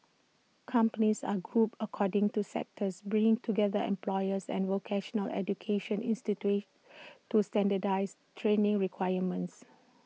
companies are grouped according to sectors bringing together employers and vocational education institutes to standardise training requirements